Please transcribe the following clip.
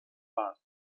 part